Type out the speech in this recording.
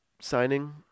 signing